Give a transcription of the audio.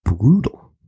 Brutal